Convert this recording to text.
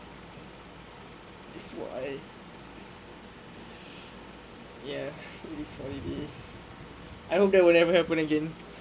that's why ya this is what it is I don't care whatever happen again